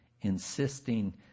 insisting